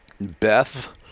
Beth